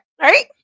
right